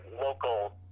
local